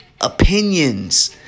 opinions